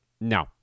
no